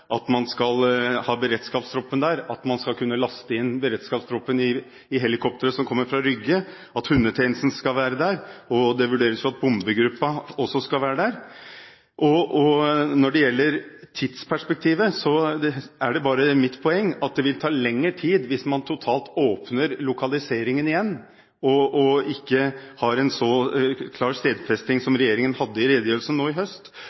at man skal kunne laste inn beredskapstroppen i helikopteret som kommer fra Rygge, at hundetjenesten skal være der, og det vurderes om bombegruppa også skal være der. Når det gjelder tidsperspektivet, er det mitt poeng at det vil ta lengre tid hvis man åpner debatten om lokaliseringen igjen og ikke har en så klar stedfesting som regjeringen hadde i redegjørelsen nå i høst,